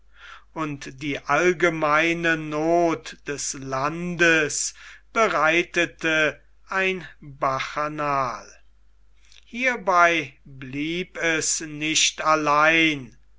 und die allgemeine noth des landes bereitete ein bacchanal hierbei blieb es nicht allein